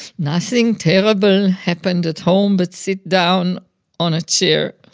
nothing terrible happened at home but sit down on a chair.